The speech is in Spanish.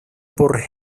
por